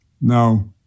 no